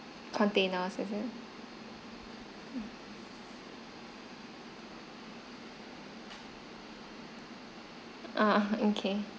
containers mmhmm ah okay